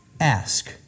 ask